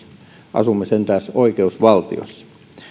asumme sentään oikeusvaltiossa